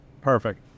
Perfect